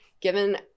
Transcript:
Given